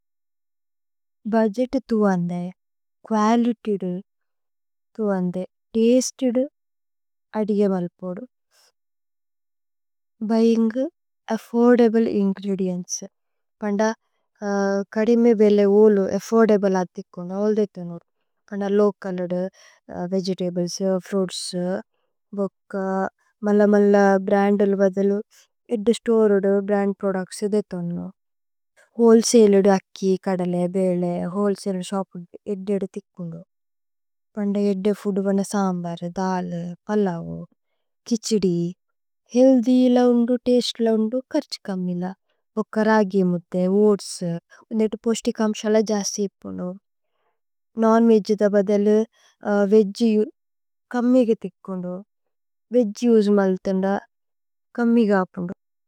Budget തു അന്ധേ quality ദു തു അന്ധേ തസ്തേദ്। അദിഗേ മല്പോദു ബുയിന്ഗു അഫ്ഫോര്ദബ്ലേ ഇന്ഗ്രേദിഏന്ത്സ്। പന്ദ കദിമേ ബേല്ലേ ഉലു അഫ്ഫോര്ദബ്ലേ അഥിക്കുനു। അല്ല് ഥേ ഇഥേ നോദു പന്ദ ലോകലുദു വേഗേതബ്ലേസ്। ഫ്രുഇത്സ് ബോക്ക മല്ല മല്ല ബ്രന്ദുല് വധുലു ഏദ്ദു। സ്തോരേഉദു ബ്രന്ദ് പ്രോദുച്ത്സ് ഇധേ തോന്നു വ്ഹോലേസലേദു। അക്കി കദലേ ബേല്ലേ വ്ഹോലേസലേദു ശോപുദു ഏദ്ദേദു। ഥിക്കുനു പന്ദ ഏദ്ദേ ഫൂദു വനു സമ്ബരു ദലു। പല്ലവു കിഛിദി ഹേഅല്ഥ്യ് ഇല ഉന്ദു തസ്തേ ഇല। ഉന്ദു കര്ഛു കമ്മില ബോക്ക രഗി മുദ്ദേ ഓഅത്സ്। ഉനേദു പോശ്തികമു ശല ജസേ ഇപ്പുനു നോന്। വേഗ്ജിധു ബദലു വേഗ്ജി കമ്മിഗ ഥിക്കുനു। വേഗ്ജി ഉജുമലുഥന്ദ കമ്മിഗ അപ്പുനു।